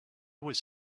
was